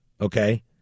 okay